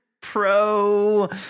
pro